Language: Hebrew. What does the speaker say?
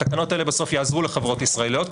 התקנות האלה בסוף יעזרו לחברות ישראליות,